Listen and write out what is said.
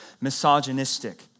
misogynistic